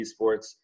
Esports